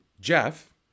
Jeff